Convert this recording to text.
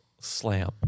Slam